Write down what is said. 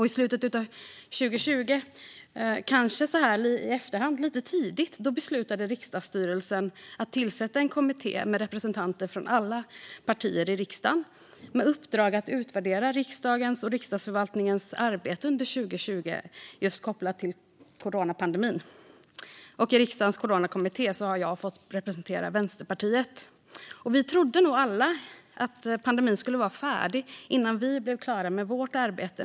I slutet av 2020, vilket så här i efterhand kanske var lite tidigt, beslutade riksdagsstyrelsen att tillsätta en kommitté med representanter från alla partier i riksdagen med uppdraget att utvärdera riksdagens och Riksdagsförvaltningens arbete under 2020 kopplat till coronapandemin. I Riksdagens coronakommitté har jag fått representera Vänsterpartiet. Vi trodde nog alla att pandemin skulle vara färdig innan vi blev klara med vårt arbete.